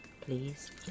Please